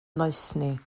noethni